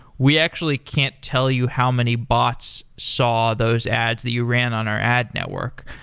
we actually can't tell you how many bots saw those ads that you ran on our ad network.